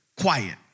quiet